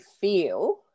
feel